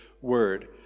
word